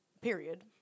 period